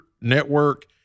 network –